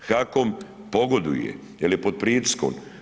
HAKOM pogoduje jer je pod pritiskom.